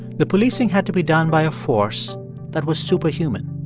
the policing had to be done by a force that was superhuman.